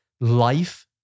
life